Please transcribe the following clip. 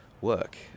work